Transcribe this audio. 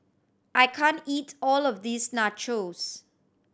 I can't eat all of this Nachos